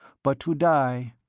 but to die,